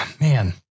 man